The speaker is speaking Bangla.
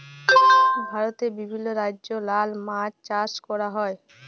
ভারতে বিভিল্য রাজ্যে লালা মাছ চাষ ক্যরা হ্যয়